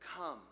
come